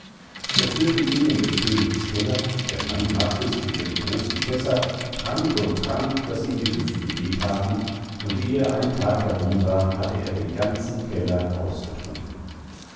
er führte ihn in des königs keller der mann machte sich über die großen fässer trank und trank daß ihm die hüften weh thaten und ehe ein tag herum war hatte er den ganzen keller ausgetrunken